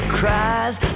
cries